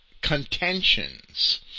contentions